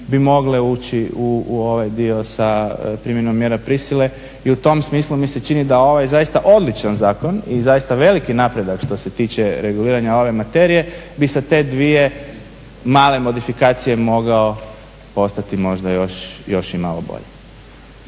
bi mogle ući u ovaj dio sa primjenom mjera prisile i u tom smislu mi se čini da ovaj zaista odličan zakon i zaista veliki napredak što se tiče reguliranja ove materije bi sa te dvije male modifikacije mogao postati možda još i malo bolji.